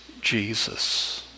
Jesus